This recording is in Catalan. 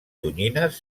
tonyines